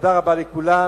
תודה רבה לכולם.